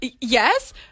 Yes